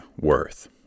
worth